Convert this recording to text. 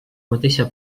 mateixa